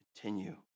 Continue